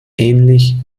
ähnlich